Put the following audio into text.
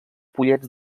pollets